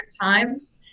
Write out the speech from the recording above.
times